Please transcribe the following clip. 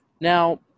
Now